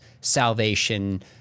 salvation